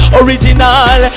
original